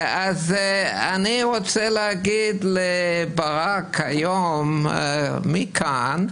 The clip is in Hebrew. אז אני רוצה להגיד לברק היום מכאן,